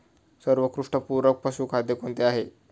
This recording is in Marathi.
सर्वोत्कृष्ट पूरक पशुखाद्य कोणते आहे?